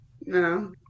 No